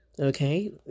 okay